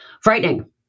Frightening